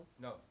No